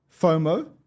FOMO